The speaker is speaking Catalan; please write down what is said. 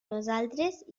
nosaltres